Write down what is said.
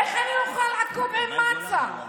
איך אני אוכל עכוב עם מצה?